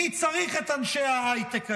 מי צריך את אנשי ההייטק האלה?